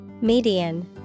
Median